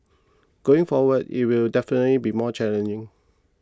going forward it will definitely be more challenging